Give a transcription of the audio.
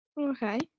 Okay